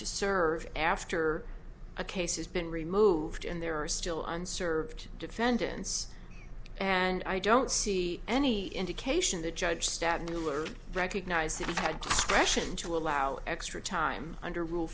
to serve after a case has been removed and there are still unserved defendants and i don't see any indication that judge stat knew or recognize that he had freshened to allow extra time under rule